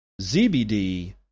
ZBD